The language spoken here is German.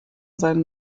seinem